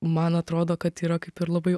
man atrodo kad yra kaip ir labai